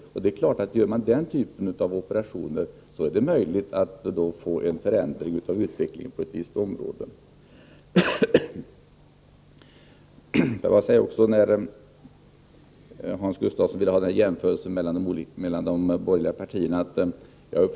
Om man gör den typen av operationer är det självfallet möjligt att få en förändring av utvecklingen på ett visst område. Hans Gustafsson vill göra en jämförelse mellan de borgerliga partierna.